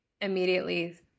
immediately